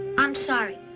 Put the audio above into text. i'm sorry.